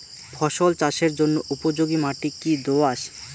ফসল চাষের জন্য উপযোগি মাটি কী দোআঁশ?